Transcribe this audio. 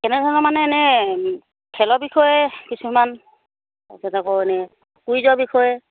কেনেধৰণৰ মানে এনে খেলৰ বিষয়ে কিছুমান তাৰছত আকৌ এনে কুইজৰ বিষয়ে